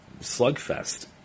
Slugfest